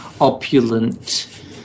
opulent